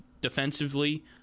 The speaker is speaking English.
defensively